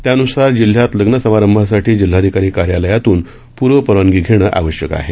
त्यान्सार जिल्ह्यात लग्नसमारंभासाठी जिल्हाधिकारी कार्यालयातून पूर्व परवानगी घेणं आवश्यक आहे